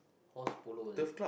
horse polo is it